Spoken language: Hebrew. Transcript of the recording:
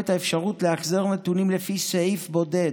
האפשרות לאחזר נתונים לפי סעיף בודד,